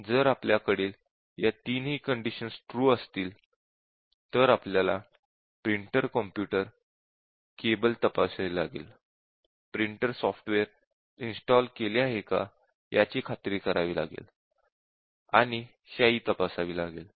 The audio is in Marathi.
जर आपल्याकडील या तीन ही कंडिशन्स ट्रू असतील तर आपल्याला प्रिंटर कॉम्पुटर केबल तपासावी लागेल प्रिंटर सॉफ्टवेअर इन्स्टॉल केले आहे का याची खात्री करावी लागेल आणि शाई तपासावी लागेल